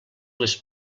les